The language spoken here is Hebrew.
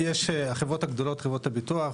החברות הגדולות חברות הביטוח,